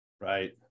Right